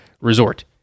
resort